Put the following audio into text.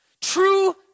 True